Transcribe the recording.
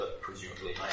Presumably